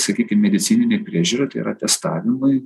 sakykim medicininei priežiūrai tai yra testavimui